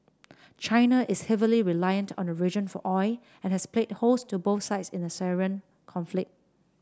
China is heavily reliant on the region for oil and has played host to both sides in the Syrian conflict